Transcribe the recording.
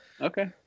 Okay